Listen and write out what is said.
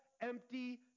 empty